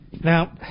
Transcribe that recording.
Now